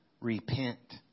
repent